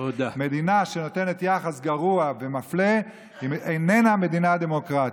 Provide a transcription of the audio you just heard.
מדינה שנותנת יחס גרוע ומפלה איננה מדינה דמוקרטית.